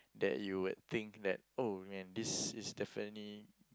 that you would think that oh man this is definitely